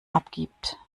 abgibt